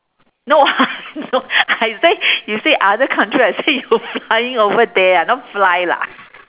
no no I say you say other country I say you flying over there ah not fly lah